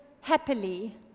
happily